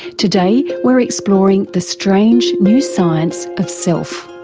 today we're exploring the strange new science of self.